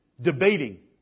Debating